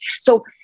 so-